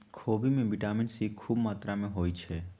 खोबि में vitamin C खूब मत्रा होइ छइ